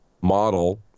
model